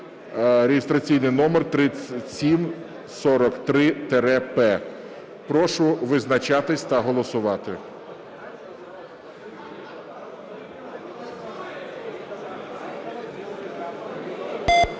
(реєстраційний номер 3743-П). Прошу визначатись та голосувати.